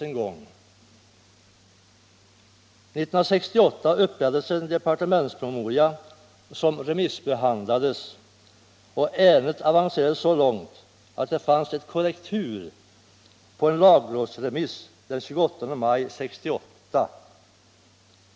1968 upprättades en departementspromemoria som remissbehandlades och även avancerade så långt att det fanns korrektur på en lagrådsremiss den 28 maj 1968.